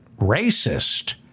racist